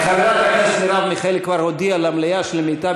חברת הכנסת מרב מיכאלי כבר הודיעה למליאה שלמיטב